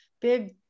big